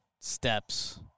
steps